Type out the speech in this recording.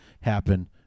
happen